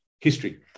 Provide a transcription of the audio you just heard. history